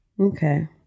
Okay